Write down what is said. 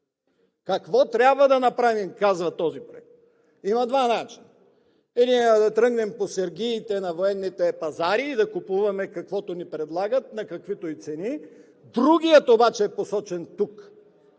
Какво трябва да направим казва този проект? Има два начина. Единият е да тръгнем по сергиите на военните пазари и да купуваме каквото ни предлагат, на каквито и да е цени. Другият обаче е посочен тук